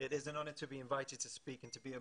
אני רוצה להיות פרקטי כי זו המטרה כאן ואני רוצה להזכיר,